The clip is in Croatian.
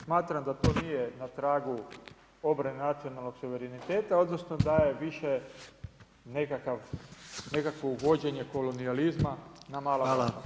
Smatram da to nije na tragu obrane nacionalnog suvereniteta odnosno da je više nekakvo vođenje kolonijalizma na mala vrata.